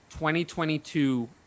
2022